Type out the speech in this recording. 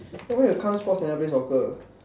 then why you come sports never play soccer